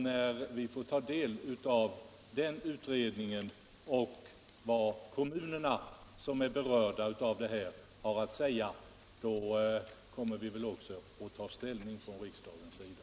När vi får ta del av den utredningen och hör vad kommunerna som är berörda har att säga, kommer vi också att kunna ta ställning från riksdagens sida.